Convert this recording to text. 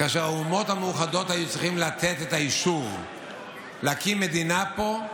כאשר האומות המאוחדות היו צריכות לתת את האישור להקים מדינה פה,